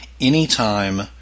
Anytime